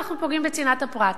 אנחנו פוגעים בצנעת הפרט.